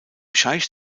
scheich